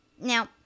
Now